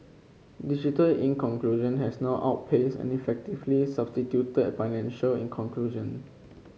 digital in conclusion has now outpaced and effectively substituted financial in conclusion